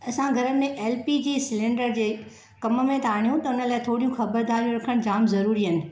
असां घरनि में एल पी जी सिलेंडर जे कम में था आणीयूं त हुन लाइ थोरियूं ख़बरदारियूं रखणु जाम ज़रूरी आहिनि